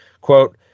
Quote